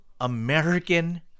American